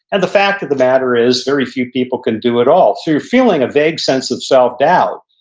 and the fact of the matter is, very few people can do it all. so you're feeling a vague sense of self-doubt.